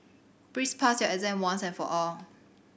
please pass your exam once and for all